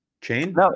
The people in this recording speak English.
chain